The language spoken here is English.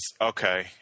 okay